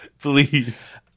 please